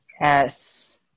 yes